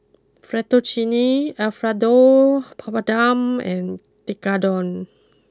Fettuccine Alfredo Papadum and Tekkadon